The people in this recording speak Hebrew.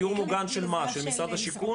דיור מוגן של מה, של משרד השיכון?